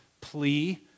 plea